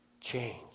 change